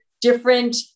different